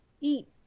eat